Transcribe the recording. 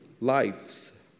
lives